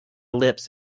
lips